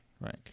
right